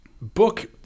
book